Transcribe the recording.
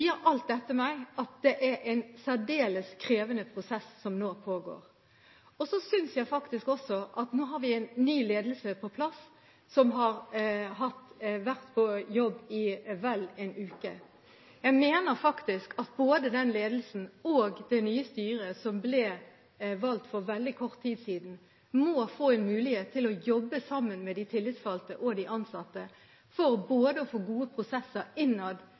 har hatt møter med tillitsvalgte eller med ledelsen. Jeg må også si at det er noe ulik oppfatning blant ulike personer, også fagpersoner. Alt dette sier meg at det er en særdeles krevende prosess som nå pågår. Nå har vi en ny ledelse på plass som har vært på jobb i vel en uke. Jeg mener faktisk at både ledelsen og det nye styret, som ble valgt for veldig kort tid siden, må få en mulighet til å jobbe sammen med de tillitsvalgte og de ansatte, for å